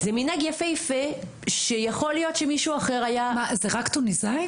זה מנהג יפה שיכול להיות שמישהו אחר היה מה זה רק תוניסאים?